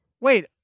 wait